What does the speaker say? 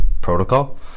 protocol